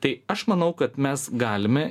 tai aš manau kad mes galime